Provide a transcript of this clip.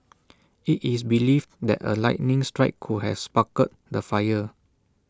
IT is believed that A lightning strike could have sparked the fire